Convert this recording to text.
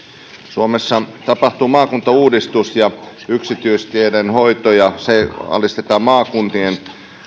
suomessa tapahtuu maakuntauudistus ja yksityisteiden hoito alistetaan maakuntien